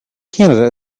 canada